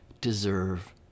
deserve